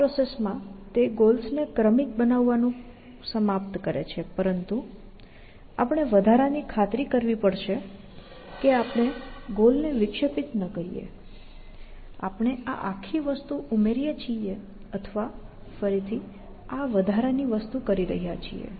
આ પ્રોસેસમાં તે ગોલ્સને ક્રમિક બનાવવાનું સમાપ્ત કરે છે પરંતુ આપણે વધારાની ખાતરી કરવી પડશે કે આપણે ગોલને વિક્ષેપિત ન કરીએ આપણે આ આખી વસ્તુ ઉમેરીએ છીએ અથવા ફરીથી આ વધારાની વસ્તુ કરી રહ્યા છીએ